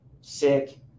sick